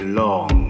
long